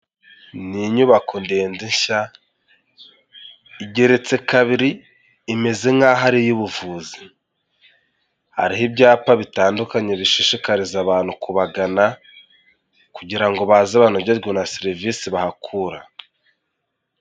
Ni inyubako ndende nshya, igeretse kabiri, imeze nkaho ari iy'ubuvuzi, hariho ibyapa bitandukanye bishishikariza abantu kubagana kugira ngo baze banogerwe na serivisi bahakura.